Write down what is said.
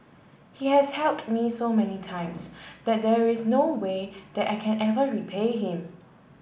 he has helped me so many times that there is no way that I can ever repay him